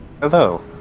hello